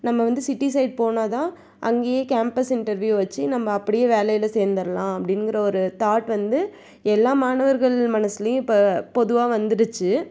நம்ம வந்து city side போனால் தான் அங்கேயே கேம்பஸ் இண்டர்வியூ வச்சு நம்ம அப்படியே வேலையில சேர்ந்தர்லாம் அப்படின்ங்கிற ஒரு தாட் வந்து எல்லா மாணவர்கள் மனசுலையும் இப்போ பொதுவாக வந்துடுச்சு